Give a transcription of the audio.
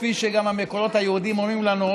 כפי שגם המקורות היהודיים אומרים לנו,